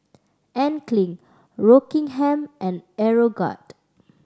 Anne Klein Rockingham and Aeroguard